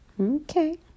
okay